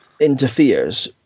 interferes